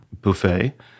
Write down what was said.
buffet